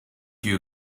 you